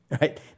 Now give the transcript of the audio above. right